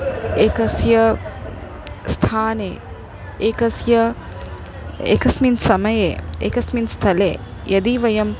एकस्य स्थाने एकस्य एकस्मिन् समये एकस्मिन् स्थले यदि वयं